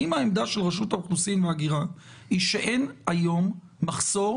האם העמדה של רשות האוכלוסין וההגירה היא שאין היום מחסור